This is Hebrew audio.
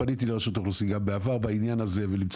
פניתי לרשות האוכלוסין גם בעבר בעניין הזה למצוא